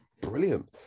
brilliant